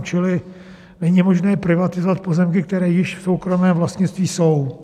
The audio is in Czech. Čili není možné privatizovat pozemky, které již v soukromém vlastnictví jsou.